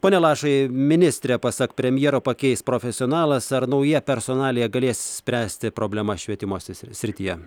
ponia lašai ministrę pasak premjero pakeis profesionalas ar nauja personalija galės spręsti problemas švietimosi srityje